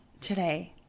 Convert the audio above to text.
today